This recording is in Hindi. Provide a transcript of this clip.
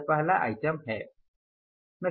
यह पहला आइटम है